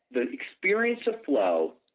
the experience of flow